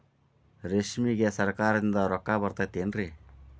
ರೇಷ್ಮೆಗೆ ಸರಕಾರದಿಂದ ರೊಕ್ಕ ಬರತೈತೇನ್ರಿ?